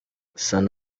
sunny